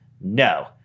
No